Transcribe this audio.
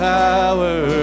power